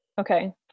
Okay